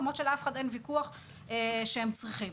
למרות שלאף אחד אין ויכוח שהם צריכים.